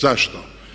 Zašto?